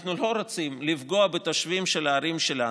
אנחנו לא רוצים לפגוע בתושבים של הערים שלנו.